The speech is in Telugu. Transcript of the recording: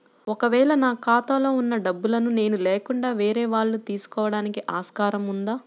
ఒక వేళ నా ఖాతాలో వున్న డబ్బులను నేను లేకుండా వేరే వాళ్ళు తీసుకోవడానికి ఆస్కారం ఉందా?